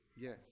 Yes